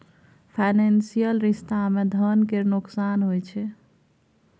financial रिश्ता मे धन केर नोकसान होइ छै